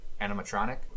animatronic